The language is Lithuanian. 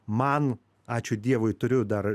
man ačiū dievui turiu dar